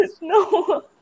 No